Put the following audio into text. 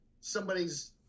somebody's